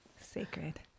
Sacred